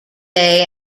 day